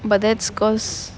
but that's because